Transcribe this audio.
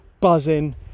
buzzing